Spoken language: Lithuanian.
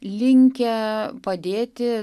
linkę padėti